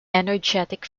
energetic